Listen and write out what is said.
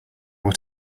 what